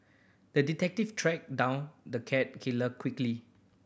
the detective tracked down the cat killer quickly